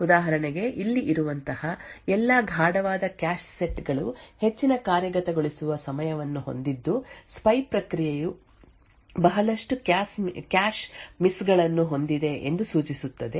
ಉದಾಹರಣೆಗೆ ಇಲ್ಲಿ ಇರುವಂತಹ ಎಲ್ಲಾ ಗಾಢವಾದ ಕ್ಯಾಶ್ ಸೆಟ್ ಗಳು ಹೆಚ್ಚಿನ ಕಾರ್ಯಗತಗೊಳಿಸುವ ಸಮಯವನ್ನು ಹೊಂದಿದ್ದು ಸ್ಪೈ ಪ್ರಕ್ರಿಯೆಯು ಬಹಳಷ್ಟು ಕ್ಯಾಶ್ ಮಿಸ್ ಗಳನ್ನು ಹೊಂದಿದೆ ಎಂದು ಸೂಚಿಸುತ್ತದೆ